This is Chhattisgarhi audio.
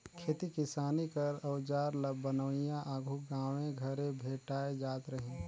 खेती किसानी कर अउजार ल बनोइया आघु गाँवे घरे भेटाए जात रहिन